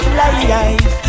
life